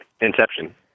Inception